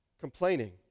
complaining